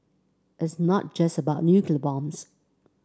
it's not just about nuclear bombs